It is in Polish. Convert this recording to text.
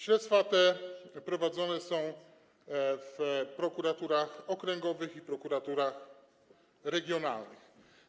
Śledztwa te prowadzone są w prokuraturach okręgowych i prokuraturach regionalnych.